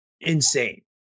insane